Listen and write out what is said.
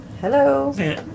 Hello